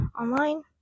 online